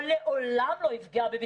לא חקירה.